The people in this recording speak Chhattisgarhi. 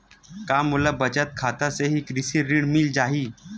का मोला बचत खाता से ही कृषि ऋण मिल जाहि?